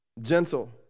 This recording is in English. gentle